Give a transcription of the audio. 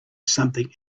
something